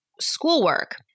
schoolwork